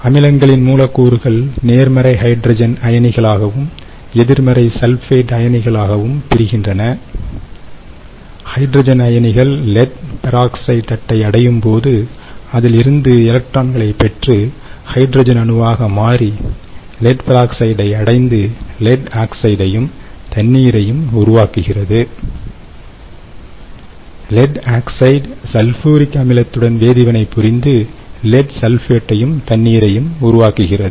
அமிலங்களின் மூலக்கூறுகள் நேர்மறை ஹைட்ரஜன் அயனிகளாகவும் எதிர்மறை சல்பேட் அயனிகளாகவும் பிரிகின்றன ஹைட்ரஜன் அயனிகள் லெட்பெராக்சைடு தட்டை அடையும்போது அதிலிருந்து எலக்ட்ரான்களைப் பெற்று ஹைட்ரஜன் அணுவாக மாறி லெட்பெராக்சைடை அடைந்து லெட்ஆக்சைடையும் தண்ணீரையும் உருவாக்குகிறது